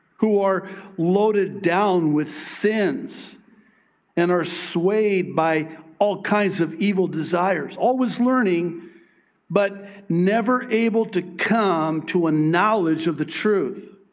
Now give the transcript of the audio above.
who are loaded down with sins and are swayed by all kinds of evil desires, always learning but never able to come to a knowledge of the truth.